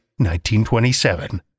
1927